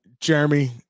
Jeremy